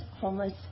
homeless